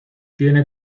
tiene